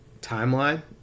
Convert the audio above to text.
timeline